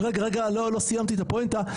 לא, לא סיימתי את הפואנטה.